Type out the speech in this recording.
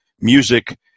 music